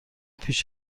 پیش